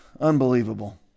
Unbelievable